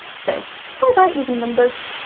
so bye bye even numbers!